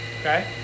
Okay